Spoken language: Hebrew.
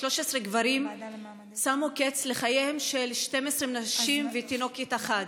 13 גברים שמו קץ לחייהן של 12 נשים ותינוקת אחת.